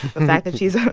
the fact that she's, ah